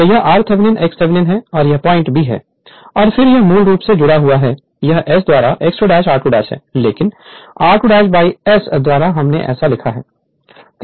तो यह r Thevenin x Thevenin है और यह पॉइंट b है और फिर यह मूल रूप से जुड़ा हुआ है यह S द्वारा x 2 r2 है लेकिन r2 बाय S द्वारा हमने ऐसा लिखा है